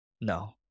No